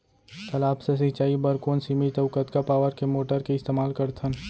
तालाब से सिंचाई बर कोन सीमित अऊ कतका पावर के मोटर के इस्तेमाल करथन?